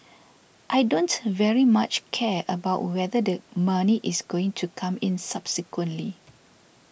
I don't very much care about whether the money is going to come in subsequently